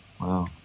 Wow